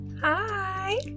Hi